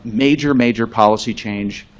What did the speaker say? major, major policy change.